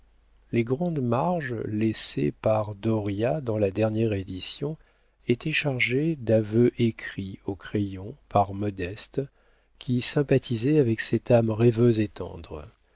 les grandes marges laissées par dauriat dans la dernière édition étaient chargées d'aveux écrits au crayon par modeste qui sympathisait avec cette âme rêveuse et tendre